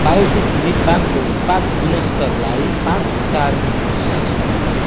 biotic lip बामको उत्पाद गुणस्तरलाई पाँच स्टार दिनुहोस्